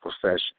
profession